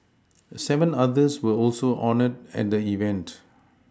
seven others were also honoured at the event